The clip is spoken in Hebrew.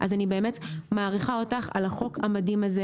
אז אני באמת מעריכה אותך על החוק המדהים הזה.